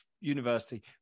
university